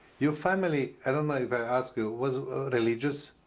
your family i don't know if i asked you was religious?